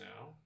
now